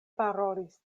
parolis